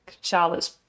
Charlotte's